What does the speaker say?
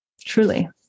Truly